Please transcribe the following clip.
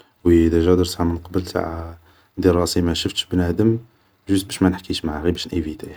وي ديجا درتها من قبل تاع ندير راسي ماشفتش بنادم جيست باش مانحكيش معاه غي باش نئيفيتيه